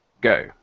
go